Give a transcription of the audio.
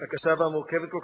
הקשה והמורכבת כל כך,